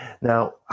Now